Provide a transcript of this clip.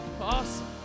Awesome